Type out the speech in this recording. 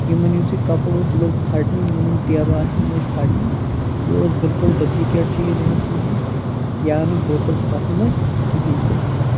یِمَن یُس یہِ کَپُر اوس یہِ لوٚگ پھَٹنہِ یِمَن یِم ٹیبہٕ آسہِ یِم لَجہِ پھَٹنہِ یہِ اوس بِلکُل ڈُبلِکیٹ چیٖز یِمو سوٗزمُت یہِ آو نہٕ بِلکُل تہِ پَسَنٛد اَسہِ کِہیٖنۍ تہِ